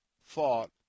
thought